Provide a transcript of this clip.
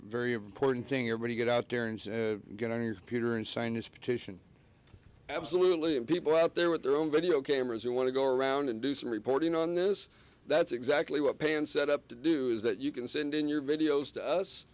very important thing you're going to get out there and get on your computer and sign this petition absolutely and people out there with their own video cameras you want to go around and do some reporting on this that's exactly what payne set up to do is that you can send in your videos to us